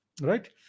right